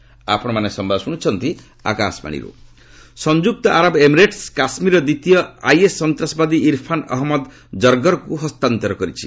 UAE ସଂଯୁକ୍ତ ଆରବ Emirates କାଶ୍ୱୀରର ଦ୍ୱିତୀୟ ଆଇଏସ୍ ସନ୍ତାସବାଦୀ ଇରଫାନ୍ ଅହମ୍ମଦ ଜର୍ଗରକୁ ହସ୍ତାନ୍ତର କରିଛି